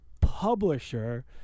publisher